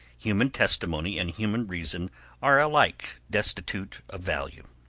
human testimony and human reason are alike destitute of value.